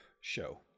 show